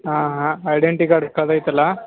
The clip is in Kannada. ಹಾಂ ಹಾಂ ಐಡೆಂಟಿ ಕಾರ್ಡ್ ಕಳೆದೈತಲ